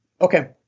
Okay